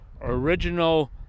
original